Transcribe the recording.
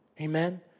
Amen